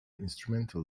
instrumental